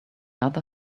other